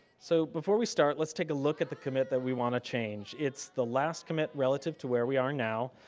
so, before we start, let's take a look at the commit that we wanna change, it's the last commit relative to where we are now.